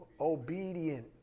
Obedient